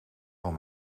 van